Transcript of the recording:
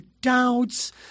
doubts